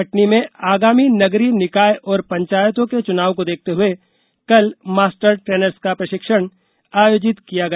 कटनी में आगामी नगरीय निकाय और पंचायतों के चुनाव को देखते हुए कल मास्टर ट्रेनर्स का प्रशिक्षण आयोजित किया गया